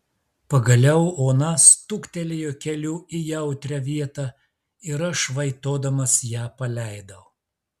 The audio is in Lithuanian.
pagaliau ona stuktelėjo keliu į jautrią vietą ir aš vaitodamas ją paleidau